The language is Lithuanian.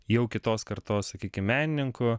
jau kitos kartos sakykim menininkų